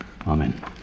Amen